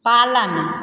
पालन